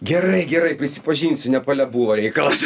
gerai gerai prisipažinsiu nepale buvo reikalas